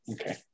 Okay